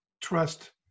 trust